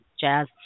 jazz